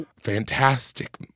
fantastic